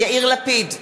יאיר לפיד,